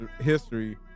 history